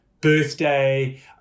birthday